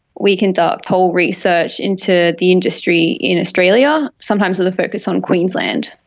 we conduct toll research into the industry in australia, sometimes with a focus on queensland.